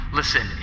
listen